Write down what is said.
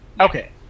Okay